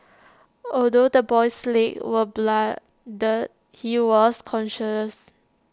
although the boy's legs were bloodied he was conscious